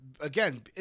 Again